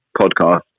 podcast